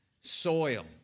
soil